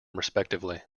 respectively